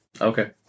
Okay